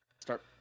Start